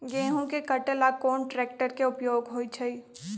गेंहू के कटे ला कोंन ट्रेक्टर के उपयोग होइ छई?